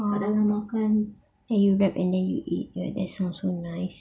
ah and then you wrap and then you eat that sounds so nice